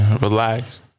relax